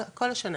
כל השנה,